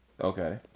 Okay